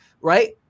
Right